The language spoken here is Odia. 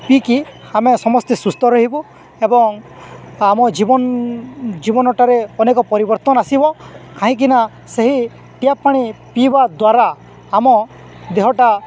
ପିଇକି ଆମେ ସମସ୍ତେ ସୁସ୍ଥ ରହିବୁ ଏବଂ ଆମ ଜୀବନ ଜୀବନଟାରେ ଅନେକ ପରିବର୍ତ୍ତନ ଆସିବ କାହିଁକିନା ସେହି ଟ୍ୟାପ୍ ପାଣି ପିଇବା ଦ୍ୱାରା ଆମ ଦେହଟା